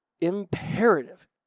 imperative